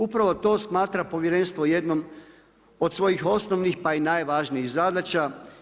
Upravo to smatra povjerenstvo jednom od svojih osnovnih, pa i najvažnijih zadaća.